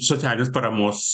socialinės paramos